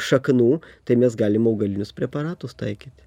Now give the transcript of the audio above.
šaknų tai mes galim augalinius preparatus taikyti